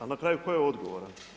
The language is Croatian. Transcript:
A na kraju tko je odgovoran?